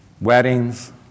weddings